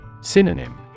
Synonym